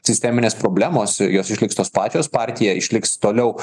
sisteminės problemos jos išliks tos pačios partija išliks toliau